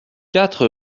quatre